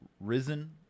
risen